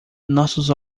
nossos